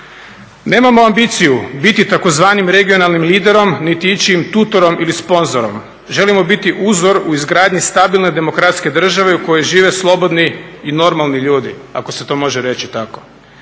Nemamo ambiciju biti tzv. regionalnim liderom niti ičijim tutorom ili sponzorom. Želimo biti uzor u izgradnji stabilne demokratske države u kojoj žive slobodni i normalni ljudi, ako se to može reći tako.